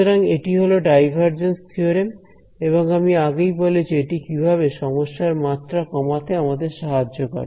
সুতরাং এটি হলো ডাইভারজেন্স থিওরেম এবং আমি আগেই বলেছি এটি কিভাবে সমস্যার মাত্রা কমাতে আমাদের সাহায্য করে